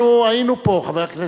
אנחנו היינו פה, חבר הכנסת.